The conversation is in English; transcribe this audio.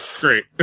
Great